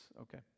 okay